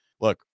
look